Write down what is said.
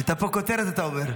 הייתה פה כותרת, אתה אומר.